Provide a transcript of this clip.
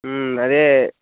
అదే